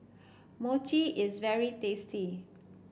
Mochi is very tasty